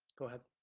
go ahead.